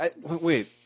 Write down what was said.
Wait